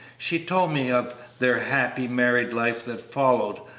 she told me of their happy married life that followed,